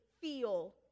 feel